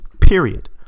period